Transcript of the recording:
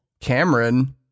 Cameron